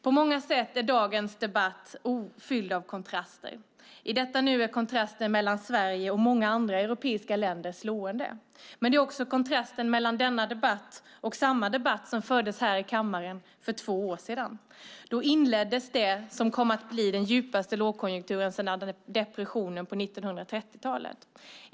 På många sätt är dagens debatt fylld av kontraster. I detta nu är kontrasten mellan Sverige och många andra europeiska länder slående. Men det är också kontrasten mellan denna debatt och samma debatt som fördes här i kammaren för två år sedan. Då inleddes det som kom att bli den djupaste lågkonjunkturen sedan depressionen på 1930-talet i Sverige.